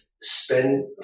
Spend